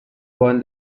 won